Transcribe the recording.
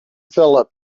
phillip